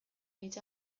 hitz